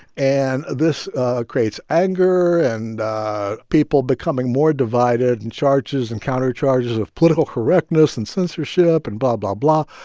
and this creates anger and people becoming more divided and charges and countercharges of political correctness and censorship and blah, blah, blah,